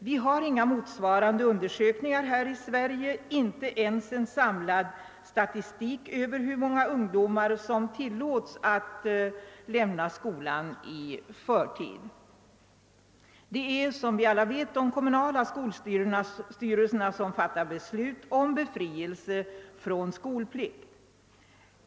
Vi har inga motsvarande undersökningar här i Sverige, inte ens en samlad statistik över hur många ungdomar som tillåts att lämna skolan i förtid. Det är, såsom vi alla känner till, de kommunala skolstyrelserna som fattar beslut om befrielse från skolplikt.